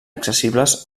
accessibles